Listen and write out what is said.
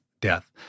death